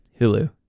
Hulu